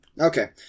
Okay